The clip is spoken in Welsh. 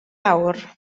awr